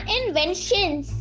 inventions